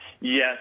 Yes